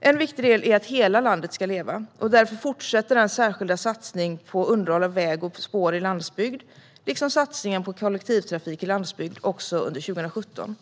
En viktig del är att hela landet ska leva. Därför fortsätter den särskilda satsningen på underhåll av väg och spår i landsbygd liksom satsningen på kollektivtrafik i landsbygd också under 2017.